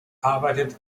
arbeitet